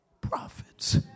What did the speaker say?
prophets